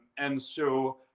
and so,